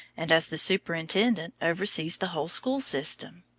and as the superintendent oversees the whole school system.